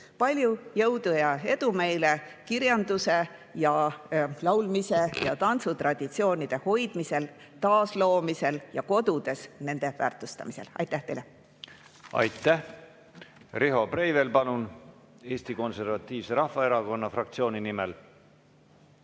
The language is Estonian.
Palju jõudu ja edu meile kirjanduse, laulmise ja tantsutraditsioonide hoidmisel, taasloomisel ja kodudes nende väärtustamisel! Aitäh teile! Aitäh! Riho Breivel, palun! Eesti Konservatiivse Rahvaerakonna fraktsiooni nimel.